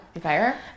Fire